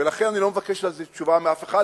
ולכן אני לא מבקש על זה תשובה מאף אחד,